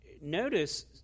Notice